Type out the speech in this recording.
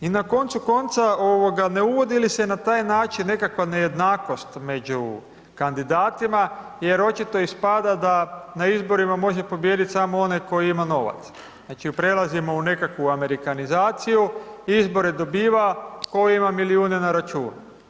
I na koncu konca, ovoga, ne uvodi li se na taj način nekakva nejednakost među kandidatima, jer očito ispada da na izborima može pobijediti samo onaj koji ima novaca, znači, prelazimo u nekakvu amerikanizaciju, izbore dobiva tko ima milijune na računu.